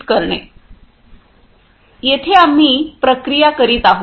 संदर्भ वेळ 0336 येथे आम्ही प्रक्रिया करीत आहोत